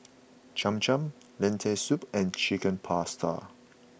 Cham Cham Lentil Soup and Chicken Pasta